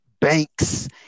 banks